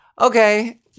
Okay